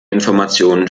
informationen